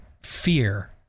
fear